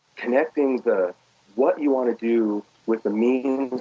connecting the what you want to do with the means